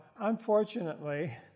unfortunately